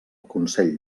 consell